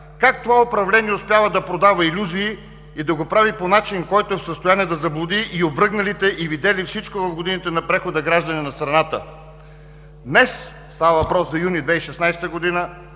как това управление успява да продава илюзии и да го прави по начин, който е в състояние да заблуди и обръгналите, и видели всичко в годините на прехода граждани на страната. Днес – става въпроса за месец юни 2016 г.